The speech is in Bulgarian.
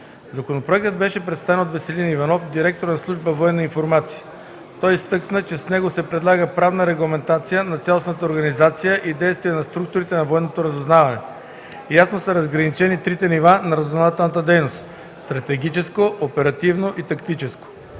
Законопроектът беше представен от Веселин Иванов, директор на служба „Военна информация”. Той изтъкна, че с него се предлага правна регламентация на цялостната организация и действия на структурите на военното разузнаване. Ясно са разграничени трите нива на разузнавателна дейност – стратегическо, оперативно и тактическо.